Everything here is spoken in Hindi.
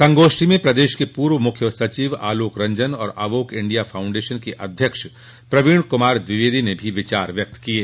संगोष्ठी में प्रदेश के पूर्व मुख्य सचिव आलोक रंजन और अवोक इंडिया फाउण्डेशन के अध्यक्ष प्रवीण क्मार द्विवेदी ने भी विचार व्यक्त किये